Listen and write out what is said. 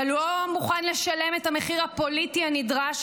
אתה לא מוכן לשלם את המחיר הפוליטי הנדרש